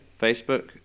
Facebook